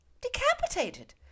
Decapitated